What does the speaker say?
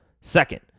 Second